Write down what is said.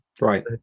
right